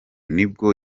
nibwo